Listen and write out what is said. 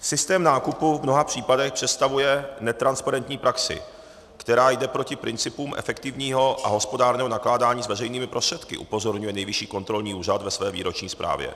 Systém nákupu v mnoha příkladech představuje netransparentní praxi, která jde proti principům efektivního a hospodárného nakládání s veřejnými prostředky, upozorňuje Nejvyšší kontrolní úřad ve své výroční zprávě.